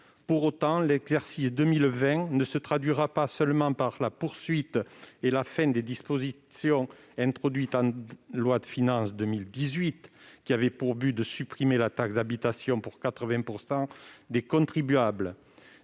Pour autant, l'exercice 2020 ne se traduira pas seulement par la poursuite et l'aboutissement des dispositions introduites en loi de finances pour 2018, dont l'objet est de supprimer la taxe d'habitation pour 80 % des contribuables.